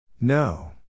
No